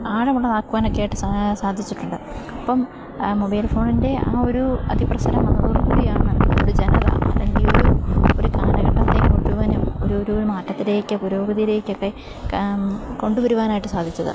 ആഴമുള്ളതാക്കുവാനൊക്കെയായിട്ട് സാധിച്ചിട്ടുണ്ട് അപ്പം മൊബൈൽ ഫോണിൻ്റെ ആ ഒരു അതിപ്രസരം വന്നതോടുകൂടിയണ് ഒരു ജനതയ്ക്ക് അവരുടെ ഒരു ഒരു കാലഘട്ടത്തെ മുഴുവനും ഒരു ഒരു മാറ്റത്തിലേക്ക് പുരോഗതിയിലേക്കൊക്കെ കൊണ്ടുവരുവാനായിട്ട് സാധിച്ചത്